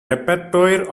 repertoire